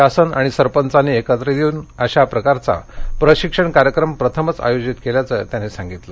शासन आणि सरपंचांनी एकत्रित येऊन अशा प्रकारचा प्रशिक्षण कार्यक्रम प्रथमच आयोजित केल्याचं त्यांनी सांगितलं